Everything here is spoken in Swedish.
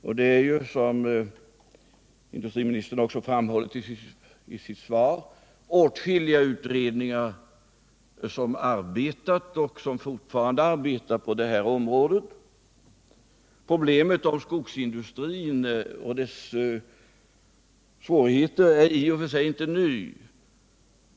Och det är, som industriministern också framhållit i sitt svar, åtskilliga utredningar som arbetat — och som fortfarande arbetar — på detta område. Problemet rörande skogsindustrin och dess svårigheter är i och för sig inte nytt.